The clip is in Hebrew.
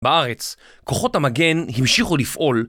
בארץ, כוחות המגן המשיכו לפעול.